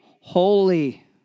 holy